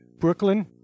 Brooklyn